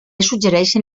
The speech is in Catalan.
suggereixen